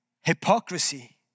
hypocrisy